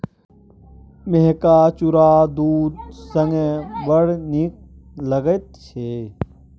मेहका चुरा दूध संगे बड़ नीक लगैत छै